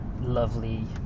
lovely